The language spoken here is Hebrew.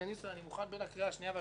אני מוכן בין הקריאה השנייה והשלישית